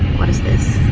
what is this?